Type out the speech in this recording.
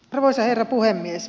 arvoisa herra puhemies